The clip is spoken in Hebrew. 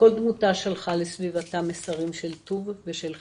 כל דמותה שלחה לסביבתה מסרים של טוב ושל חן,